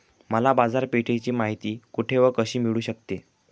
मला बाजारपेठेची माहिती कुठे व कशी मिळू शकते?